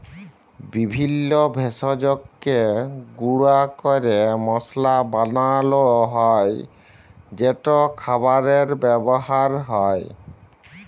বিভিল্য ভেষজকে গুঁড়া ক্যরে মশলা বানালো হ্যয় যেট খাবারে ব্যাবহার হ্যয়